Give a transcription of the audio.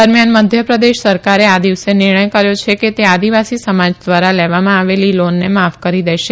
દરમિયાન મધ્યપ્રદેશ સરકારે આ દિવસે નિર્ણય કર્યો છે કે તે આદિવાસી સમાજ દ્વારા લેવામાં આવેલી લોનને માફ કરી દેશે